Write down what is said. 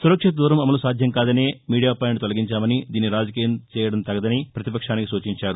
సురక్షిత దూరం అమలు సాధ్యం కాదనే మీడియా పాయింట్ తొలగించామని దీనిని రాజకీయం చేయడం తగదని ప్రతిపక్షానికి సూచించారు